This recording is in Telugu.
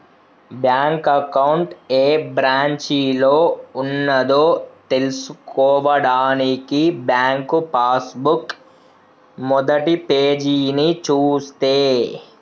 బ్యాంకు అకౌంట్ ఏ బ్రాంచిలో ఉన్నదో తెల్సుకోవడానికి బ్యాంకు పాస్ బుక్ మొదటిపేజీని చూస్తే